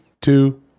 two